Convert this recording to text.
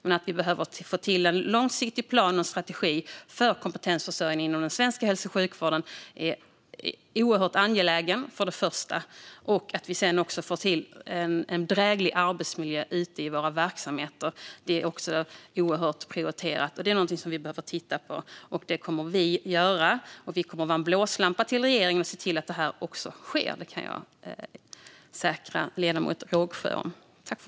Men vi behöver få till en långsiktig plan och strategi för kompetensförsörjningen inom den svenska hälso och sjukvården. Det är oerhört angeläget, till att börja med. Vi måste också få till en dräglig arbetsmiljö ute i våra verksamheter. Det är högt prioriterat. Vi behöver titta på det. Och det kommer vi att göra. Vi kommer att vara en blåslampa på regeringen och se till att det sker. Det kan jag försäkra ledamot Rågsjö.